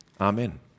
Amen